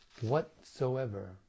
whatsoever